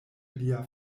lia